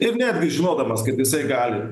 ir netgi žinodamas kaip jisai gali